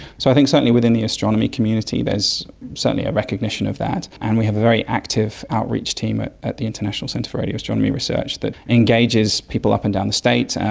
so i think certainly within the astronomy community there's certainly a recognition of that, and we have a very active outreach team at the international centre for radioastronomy research that engages people up and down the states,